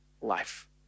life